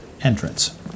entrance